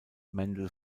mendel